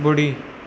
बु॒ड़ी